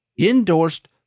endorsed